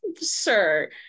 sir